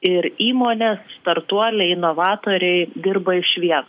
ir įmonės startuoliai inovatoriai dirba išvien